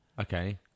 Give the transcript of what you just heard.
okay